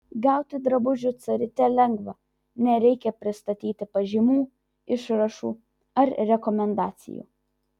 gauti drabužių carite lengva nereikia pristatyti pažymų išrašų ar rekomendacijų